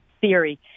theory